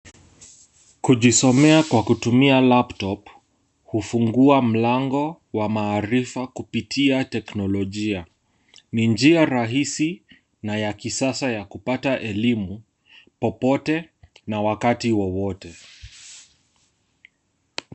Kujisomea kwa kutumia laptop kufungua mlango wa maarifa kupitia teknolojia. Ni njia rahisi na ya kisasa ya kupata elimu popote na wakati wowote.